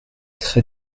très